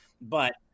But-